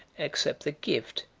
accept the gift,